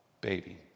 baby